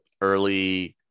early